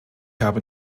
habe